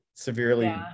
Severely